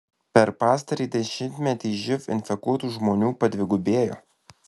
per pastarąjį dešimtmetį živ infekuotų žmonių padvigubėjo